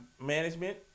management